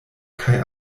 kaj